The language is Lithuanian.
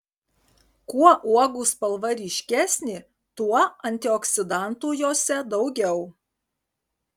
kuo uogų spalva ryškesnė tuo antioksidantų jose daugiau